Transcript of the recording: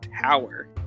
Tower